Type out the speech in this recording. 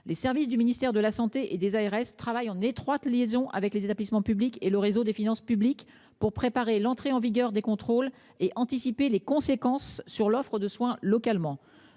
les services du ministère de la Santé et des ARS travaillent en étroite liaison avec les établissements publics et le réseau des finances publiques pour préparer l'entrée en vigueur des contrôles et anticiper les conséquences sur l'offre de soins localement.